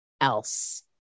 else